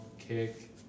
kick